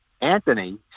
Anthony